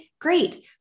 great